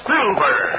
Silver